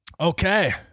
Okay